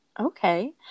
Okay